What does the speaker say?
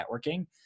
networking